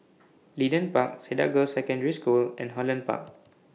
Leedon Park Cedar Girls' Secondary School and Holland Park